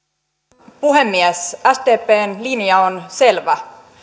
arvoisa puhemies sdpn linja on selvä